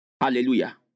Hallelujah